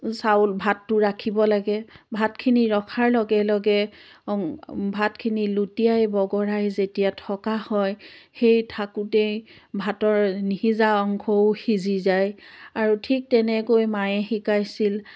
চাউল ভাতটো ৰাখিব লাগে ভাতখিনি ৰখাৰ লগে লগে ভাতখিনি লুটিয়াই বগৰাই যেতিয়া থকা হয় সেই থাকোঁতেই ভাতৰ নিসিজা অংশও সিজি যায় আৰু ঠিক তেনেকৈ মায়ে শিকাইছিল